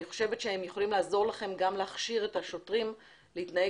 חושבת שהם יכולים לעזור לכם גם להכשיר את השוטרים להתנהג